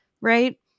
right